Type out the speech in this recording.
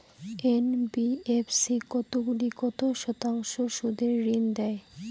NBFC কতগুলি কত শতাংশ সুদে ঋন দেয়?